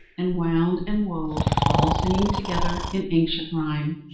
and wound and wove, all singing together an ancient rhyme,